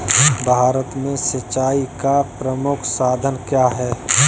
भारत में सिंचाई का प्रमुख साधन क्या है?